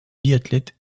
biathlète